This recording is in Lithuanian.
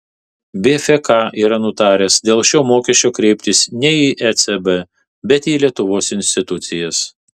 bfk yra nutaręs dėl šio mokesčio kreiptis ne į ecb bet į lietuvos institucijas